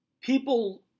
people